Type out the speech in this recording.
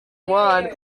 wan